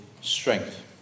strength